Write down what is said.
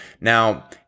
Now